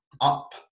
up